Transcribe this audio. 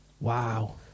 Wow